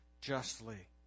justly